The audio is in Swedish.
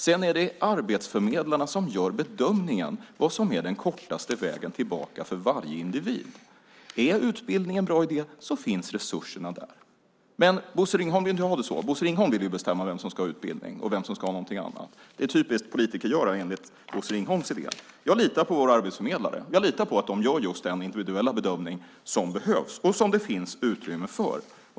Sedan är det arbetsförmedlarna som gör bedömningen av vad som är den kortaste vägen tillbaka för varje individ. Är utbildning en bra idé finns resurserna där. Men Bosse Ringholm vill inte ha det så. Bosse Ringholm vill bestämma vem som ska ha utbildning och vem som ska ha någonting annat. Det är typiskt politikergöra enligt Bosse Ringholm. Jag litar på våra arbetsförmedlare. Jag litar på att de gör just den individuella bedömning som behövs och som det finns utrymme för.